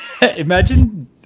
Imagine